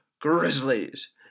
Grizzlies